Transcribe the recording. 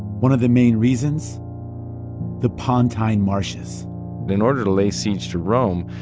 one of the main reasons the pontine marshes in order to lay siege to rome,